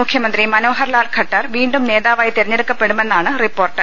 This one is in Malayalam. മുഖ്യമന്ത്രി മനോഹർലാൽ ഖട്ടർ വീണ്ടും നേതാവായി തെരഞ്ഞെടുക്കപ്പെടുമെന്നാണ് റിപ്പോർട്ട്